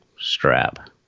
strap